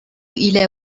إلى